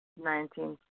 nineteen